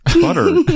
butter